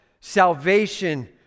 salvation